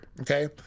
okay